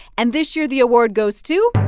and this year, the award goes to.